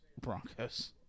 Broncos